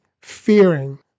fearing